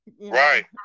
right